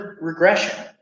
regression